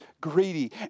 greedy